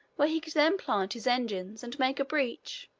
where he could then plant his engines and make a breach.